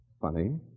Funny